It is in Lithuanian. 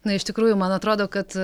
na iš tikrųjų man atrodo kad